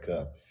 up